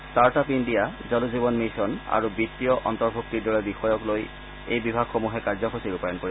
start up India Jal Jeevan mission আৰু বিত্তীয় অন্তৰ্ভূক্তিৰ দৰে বিষয়ক লৈ এই বিভাগসমূহে কাৰ্যসূচী ৰূপায়ণ কৰিব